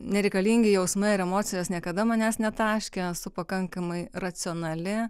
nereikalingi jausmai ir emocijos niekada manęs netaškė esu pakankamai racionali